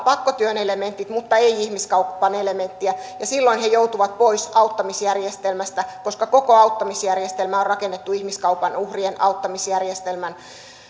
pakkotyön elementit mutta ei ihmiskaupan elementtiä ja silloin he joutuvat pois auttamisjärjestelmästä koska koko auttamisjärjestelmä on rakennettu ihmiskaupan uhrien auttamisjärjestelmän